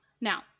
Now